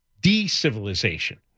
De-civilization